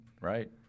right